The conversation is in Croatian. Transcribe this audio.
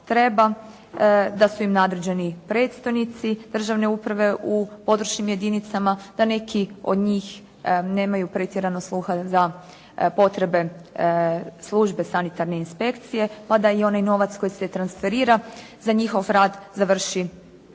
da su im nadređeni predstojnici državne uprave u područnim jedinicama, da neki od njih nemaju pretjerano sluha za potreba službe sanitarne inspekcije, mada i onaj novac koji se transferira za njihov rad završi